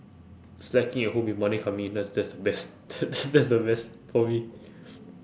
slacking at home with money coming in that's that's best that's the best for me